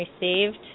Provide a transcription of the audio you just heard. received